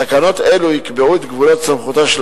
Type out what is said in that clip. תקנות אלו יקבעו את גבולות סמכותה של